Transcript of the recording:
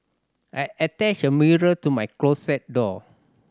I attached a mirror to my closet door